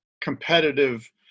competitive